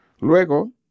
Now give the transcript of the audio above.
Luego